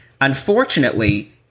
unfortunately